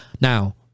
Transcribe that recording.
Now